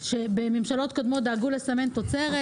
בממשלות קודמות דאגו לסמן תוצרת,